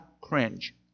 cringe